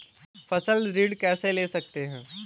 फसल ऋण कैसे ले सकते हैं?